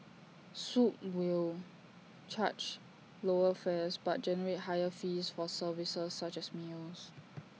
swoop will charge lower fares but generate higher fees for services such as meals